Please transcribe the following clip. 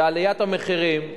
ועליית המחירים,